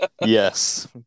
Yes